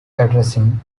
addressing